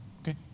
Okay